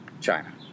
China